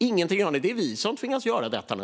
Det är vi som tvingas göra detta nu.